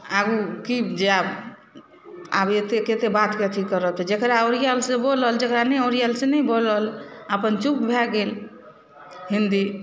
आगू की जायब आब एते कते बातके अथी करब तऽ जेकरा ओरियाएल से बोलल जेकरा नहि ओरियाएल से नहि बोलल अपन चुप भए गेल हिन्दी